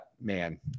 man